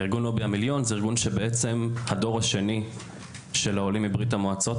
ארגון לובי המיליון הוא ארגון של הדור השני של העולים מברית המועצות.